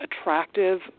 attractive